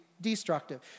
Destructive